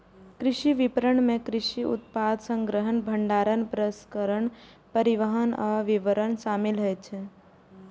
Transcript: कृषि विपणन मे कृषि उत्पाद संग्रहण, भंडारण, प्रसंस्करण, परिवहन आ वितरण शामिल होइ छै